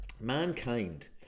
mankind